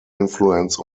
influence